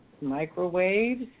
microwaves